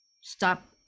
Stop